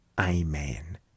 Amen